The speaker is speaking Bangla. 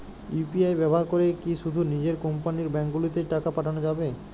ইউ.পি.আই ব্যবহার করে কি শুধু নিজের কোম্পানীর ব্যাংকগুলিতেই টাকা পাঠানো যাবে?